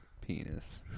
penis